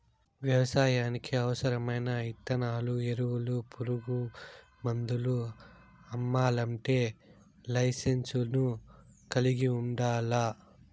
వ్యవసాయానికి అవసరమైన ఇత్తనాలు, ఎరువులు, పురుగు మందులు అమ్మల్లంటే లైసెన్సును కలిగి ఉండల్లా